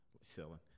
selling